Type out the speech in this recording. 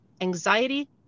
anxiety